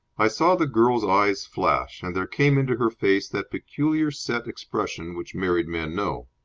i saw the girl's eyes flash, and there came into her face that peculiar set expression which married men know.